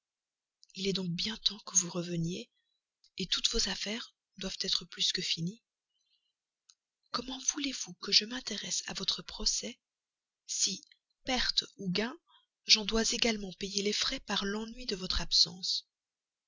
il est donc bien temps que vous reveniez toutes vos affaires doivent être plus que finies comment voulez-vous que je m'intéresse à votre procès si perte ou gain j'en dois également payer les frais par l'ennui de votre absence